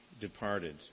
departed